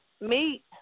meet